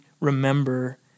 remember